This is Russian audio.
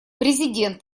президент